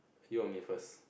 you or me first